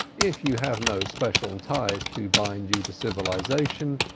if you have no special ties to bind you to civilisation,